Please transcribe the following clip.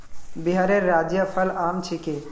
बिहारेर राज्य फल आम छिके